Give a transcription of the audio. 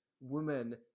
Woman